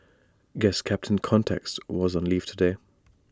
guess captain context was on leave today